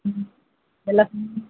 ம் எல்லா ஃபுட்டும்